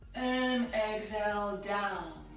and exhale, down.